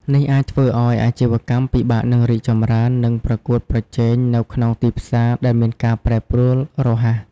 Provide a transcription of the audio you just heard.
នេះអាចធ្វើឲ្យអាជីវកម្មពិបាកនឹងរីកចម្រើន និងប្រកួតប្រជែងនៅក្នុងទីផ្សារដែលមានការប្រែប្រួលរហ័ស។